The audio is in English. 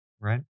Right